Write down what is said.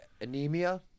anemia